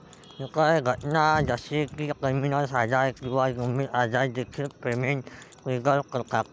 इतर घटना जसे की टर्मिनल आजार किंवा गंभीर आजार देखील पेमेंट ट्रिगर करतात